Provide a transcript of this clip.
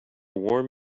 warm